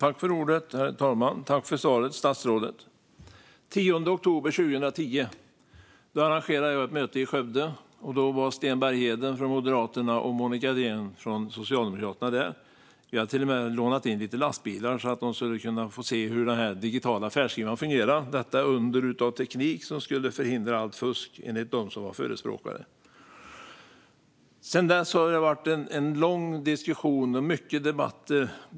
Herr talman! Tack för svaret, statsrådet! Den 10 oktober 2010 arrangerade jag ett möte i Skövde. Då var Sten Bergheden från Moderaterna och Monica Green från Socialdemokraterna där. Vi hade till och med lånat in lite lastbilar så att de skulle kunna få se hur den digitala färdskrivaren fungerar, detta under av teknik som skulle förhindra allt fusk enligt dem som var förespråkare. Sedan dess har det varit en lång diskussion och många debatter.